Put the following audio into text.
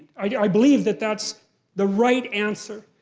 ah yeah believe that that's the right answer,